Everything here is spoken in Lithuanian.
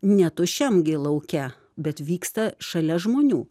ne tuščiam gi lauke bet vyksta šalia žmonių